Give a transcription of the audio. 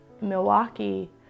Milwaukee